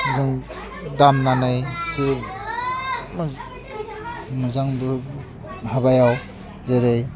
जों दामनानै जे मोजांबो हाबायाव जेरै